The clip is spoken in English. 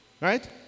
right